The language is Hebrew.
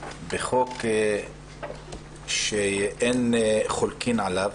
בחוק שאין חולקים עליו.